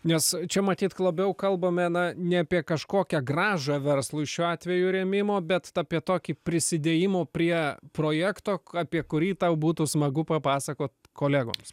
nes čia matyt klabiau kalbame na ne apie kažkokią grąžą verslui šiuo atveju rėmimo bet apie tokį prisidėjimų prie projekto apie kurį tau būtų smagu papasakot kolegoms